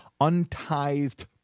untithed